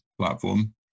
platform